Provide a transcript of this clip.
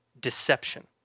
Deception